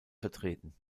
vertreten